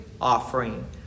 offering